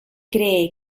cree